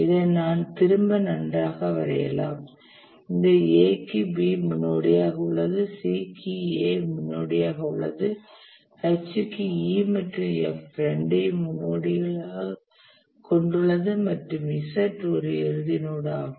இதை நான் திரும்ப நன்றாக வரையலாம் இந்த A க்கு B முன்னோடியாக உள்ளது C க்கு A முன்னோடியாக உள்ளது H க்கு E மற்றும் F இரண்டையும் முன்னோடியாக கொண்டுள்ளது மற்றும் Z ஒரு இறுதி நோட் ஆகும்